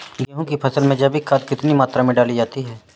गेहूँ की फसल में जैविक खाद कितनी मात्रा में डाली जाती है?